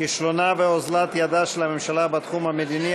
כישלונה ואוזלת ידה של הממשלה בתחום המדיני,